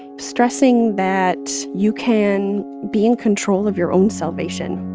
stressing that you can be in control of your own salvation.